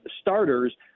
starters